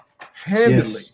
Handling